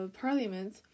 parliament